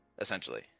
essentially